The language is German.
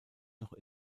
noch